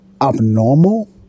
abnormal